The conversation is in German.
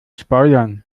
spoilern